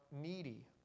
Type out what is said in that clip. needy